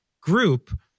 group